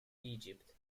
egypt